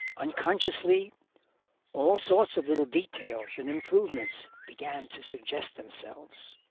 unconsciously all sorts of little details and improvements began to suggest themselves.